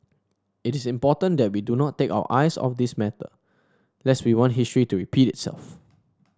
it is important that we do not take our eyes off this matter lest we want history to repeat itself